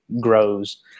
grows